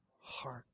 Heart